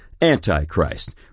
anti-Christ